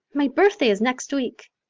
my birthday is next week,